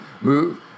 move